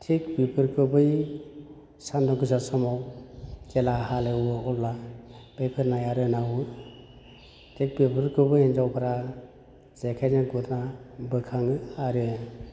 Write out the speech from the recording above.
थिग बेफोरखौ बै सानदुं गोसा समाव जेला हालौवो अब्ला बेफोर नाया रोनावो थिग बेफोरखौबो हिन्जावफ्रा जेखाइजों गुरना बोखाङो आरो